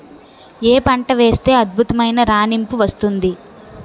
ఏ పంట వేస్తే అద్భుతమైన రాణింపు వస్తుంది?